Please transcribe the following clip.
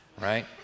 right